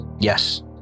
Yes